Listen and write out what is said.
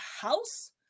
house